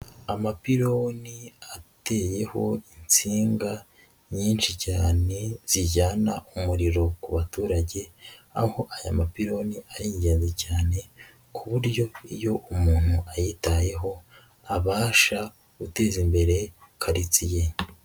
Amapironi ateyeho insinga nyinshi cyane zijyana umuriro ku baturage aho aya mapironi ari ingenzi cyane ku buryo iyo umuntu ayitayeho abasha guteza imbere karitsiye